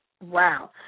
Wow